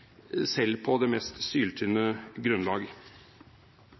selv på det mest syltynne grunnlag.